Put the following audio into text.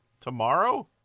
tomorrow